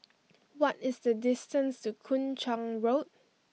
what is the distance to Kung Chong Road